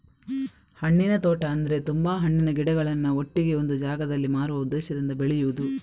ಹಣ್ಣಿನ ತೋಟ ಅಂದ್ರೆ ತುಂಬಾ ಹಣ್ಣಿನ ಗಿಡಗಳನ್ನ ಒಟ್ಟಿಗೆ ಒಂದು ಜಾಗದಲ್ಲಿ ಮಾರುವ ಉದ್ದೇಶದಿಂದ ಬೆಳೆಯುದು